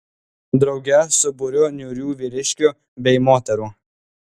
drauge su būriu niūrių vyriškių bei moterų